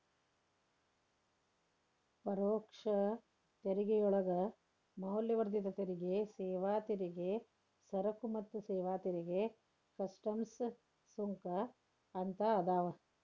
ಪರೋಕ್ಷ ತೆರಿಗೆಯೊಳಗ ಮೌಲ್ಯವರ್ಧಿತ ತೆರಿಗೆ ಸೇವಾ ತೆರಿಗೆ ಸರಕು ಮತ್ತ ಸೇವಾ ತೆರಿಗೆ ಕಸ್ಟಮ್ಸ್ ಸುಂಕ ಅಂತ ಅದಾವ